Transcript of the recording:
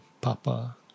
Papa